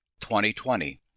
2020